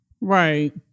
Right